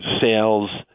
Sales